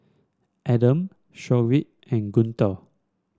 Adam Shoaib and Guntur